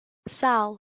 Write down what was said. sal